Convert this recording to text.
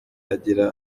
agira